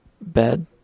bed